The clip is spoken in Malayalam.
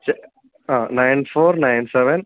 ശ്ശെ നയൻ ഫോർ നയൻ സെവൻ